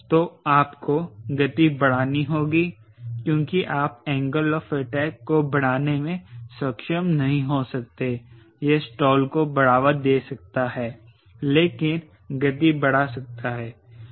तो आपको गति बढ़ानी होगी क्योंकि आप एंगल ऑफ अटैक को बढ़ाने में सक्षम नहीं हो सकते हैं यह स्टाल को बढ़ावा दे सकता है लेकिन गति बढ़ा सकता है